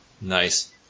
Nice